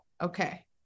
okay